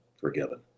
forgiven